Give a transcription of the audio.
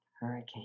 hurricane